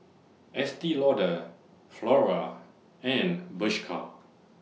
Estee Lauder Flora and Bershka